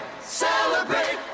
celebrate